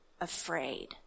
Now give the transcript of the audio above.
afraid